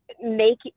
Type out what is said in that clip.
make